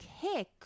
kick